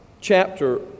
chapter